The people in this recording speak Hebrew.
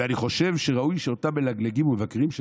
ואני חושב שראוי שאותם מלגלגים ומבקרים של